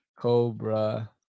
Cobra